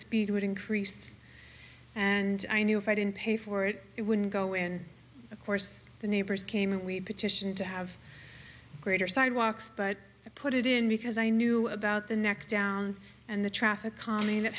speed would increase and i knew if i didn't pay for it it wouldn't go and of course the neighbors came and we petitioned to have greater sidewalks but i put it in because i knew about the neck down and the traffic calming that